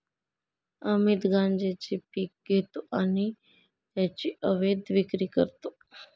अमित गांजेचे पीक घेतो आणि त्याची अवैध विक्री करतो